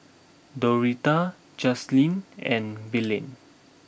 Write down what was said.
Doretta Justyn and Belen